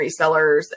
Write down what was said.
resellers